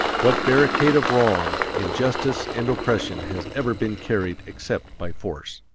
what barricade of wrong, injustice, and oppression has ever been carried except by force?